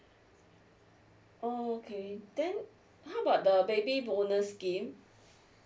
oh okay then how about the baby bonus scheme